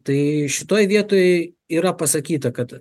tai šitoj vietoj yra pasakyta kad